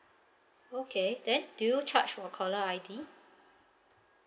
okay then do you charge for caller I_D